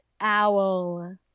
owl